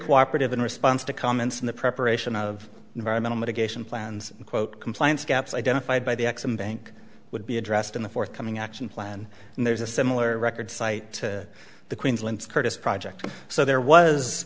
cooperative in response to comments in the preparation of environmental mitigation plans quote compliance gaps identified by the ex im bank would be addressed in the forthcoming action plan and there's a similar record site to the queensland curtis project so there was